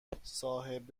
صاحب